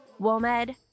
WOMED